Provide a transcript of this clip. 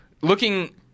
looking